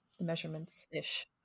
measurements-ish